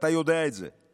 ואתה יודע את זה,